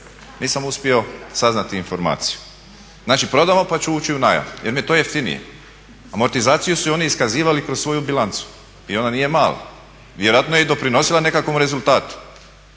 nisam uspio saznati informaciju. Znači prodamo pa ću ući u najam jer mi je to jeftinije. Amortizaciju su i oni iskazivali kroz svoju bilancu i ona nije mala, vjerojatno je i doprinosila nekakvom rezultatu.